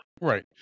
Right